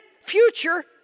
future